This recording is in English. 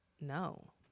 no